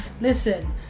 Listen